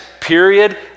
Period